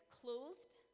clothed